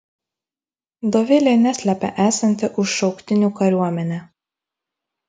dovilė neslepia esanti už šauktinių kariuomenę